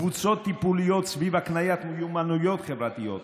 קבוצות טיפוליות סביב הקניית מיומנויות חברתיות.